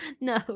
No